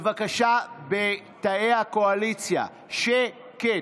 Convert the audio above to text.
בבקשה, בתאי הקואליציה, שקט.